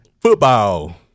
Football